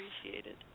appreciated